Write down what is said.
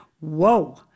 whoa